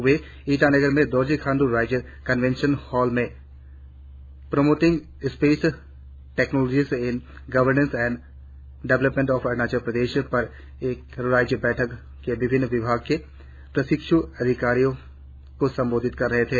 वे ईटानगर के दोर्जी खाण्डू राज्य convention hall में promoting space technologies in governance and development of Arunachal Pradesh पर राज्य बैठक में विभिन्न विभागों के प्रशिक्ष्म अधिकारियों को संबोधित कर रहे थे